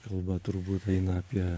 kalba turbūt eina apie